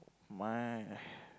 my